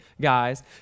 guys